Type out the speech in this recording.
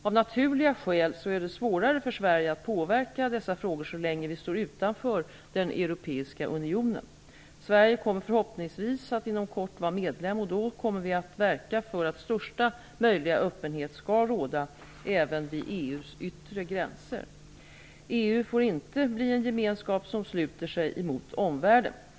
Av naturliga skäl är det svårare för Sverige att påverka i dessa frågor så länge vi står utanför den europeiska unionen. Sverige kommer förhoppningsvis att inom kort vara medlem, och då kommer vi att verka för att största möjliga öppenhet skall råda även vid EU:s yttre gränser. EU får inte bli en gemenskap som sluter sig mot omvärlden.